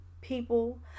people